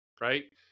Right